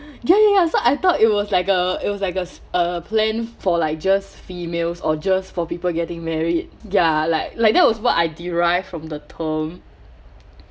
ya ya ya so I thought it was like a it was like a a plan for like just females or just for people getting married ya like like that was what I derived from the term